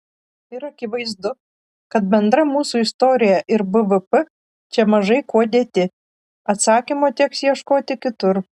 ir akivaizdu kad bendra mūsų istorija ir bvp čia mažai kuo dėti atsakymo teks ieškoti kitur